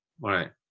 Right